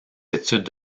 études